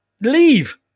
leave